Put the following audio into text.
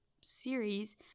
series